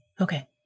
Okay